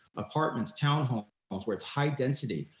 apartments, townhomes where it's high density,